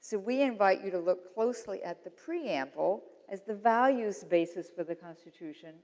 so, we invite you to look closely at the preamble as the values basis for the constitution